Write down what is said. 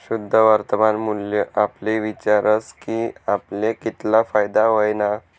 शुद्ध वर्तमान मूल्य आपले विचारस की आपले कितला फायदा व्हयना